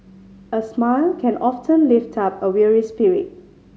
a smile can often lift up a weary spirit